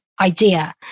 idea